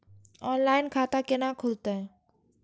Online खाता केना खुलते?